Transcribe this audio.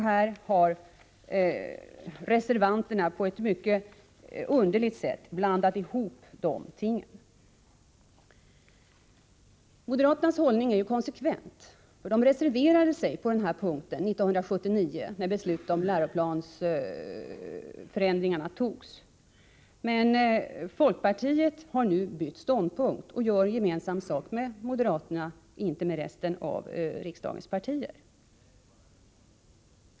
Här har reservanterna på ett mycket märkligt sätt blandat ihop saker och ting. Moderaternas hållning är konsekvent. De reserverade sig på den här punkten år 1979, när beslutet om läroplansförändringarna fattades. Men folkpartiet har nu bytt ståndpunkt och gör gemensam sak med moderaterna, inte med resten av riksdagens partier.